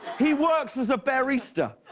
he works as a bearista.